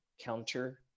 counter